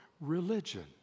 religion